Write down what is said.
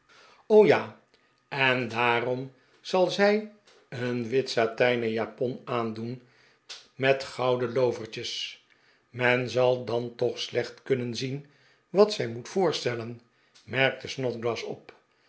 ja en daarom zal zij een wit satijnen japon aandoen met gouden loo vert jes men zal dan toch slecht kunnen zien wat zij moet voorstellen merkte snodgrass op